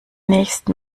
nächsten